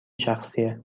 شخصیه